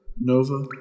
Nova